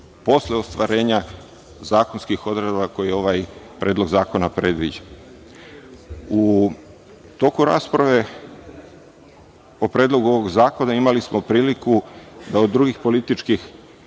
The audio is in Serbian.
posle ostvarenja zakonskih odredaba koje ovaj predlog zakona predviđa.U toku rasprave o predlogu ovog zakona imali smo priliku da od drugih političkih